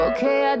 Okay